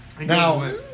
Now